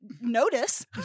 Notice